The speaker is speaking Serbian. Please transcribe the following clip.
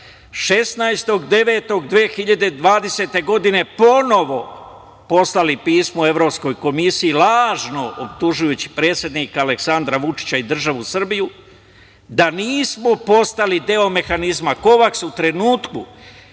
2020. godine ponovo poslali pismo Evropskoj komisiji, lažno optužujući predsednika Aleksandra Vučića i državu Srbiju da nismo postali deo mehanizma Kovaks u trenutku